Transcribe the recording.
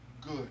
good